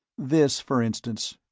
this, for instance,